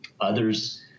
Others